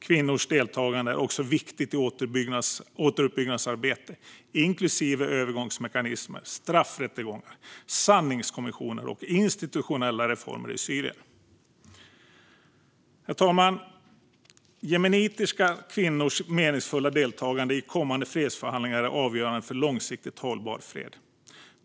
Kvinnors deltagande är också viktigt i återuppbyggnadsarbetet, inklusive övergångsmekanismer, straffrättegångar, sanningskommissioner och institutionella reformer i Syrien. Herr talman! Jemenitiska kvinnors meningsfulla deltagande i kommande fredsförhandlingar är avgörande för långsiktigt hållbar fred.